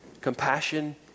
Compassion